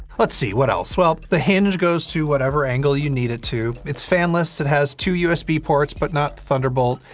let's see, what else? well, the hinge goes to whatever angle you need it to. it's fanless. it has two usb ports, but not thunderbolt.